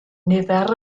nifer